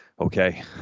Okay